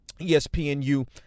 ESPNU